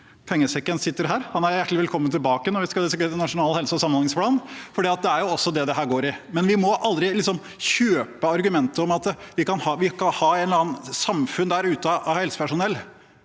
pengesekken sitter her. Han er hjertelig velkommen tilbake når vi skal diskutere Nasjonal helse- og samhandlingsplan, for det er jo også det dette går i. Vi må aldri kjøpe argumentet om at vi kan ha et samfunn der helsepersonell